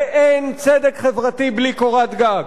ואין צדק חברתי בלי קורת גג.